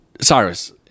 Cyrus